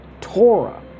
Torah